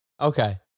Okay